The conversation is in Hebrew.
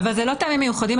זה לא "טעמים מיוחדים",